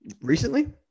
recently